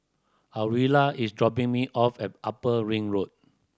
Aurilla is dropping me off at Upper Ring Road